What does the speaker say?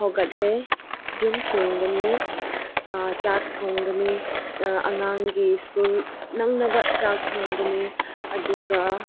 ꯍꯧꯒꯠꯂꯦ ꯌꯨꯝ ꯁꯦꯡꯒꯅꯤ ꯆꯥꯛ ꯊꯣꯡꯒꯅꯤ ꯑꯉꯥꯡꯒꯤ ꯁ꯭ꯀꯨꯜ ꯅꯪꯅꯕ ꯆꯥꯛ ꯊꯣꯡꯒꯅꯤ ꯑꯗꯨꯒ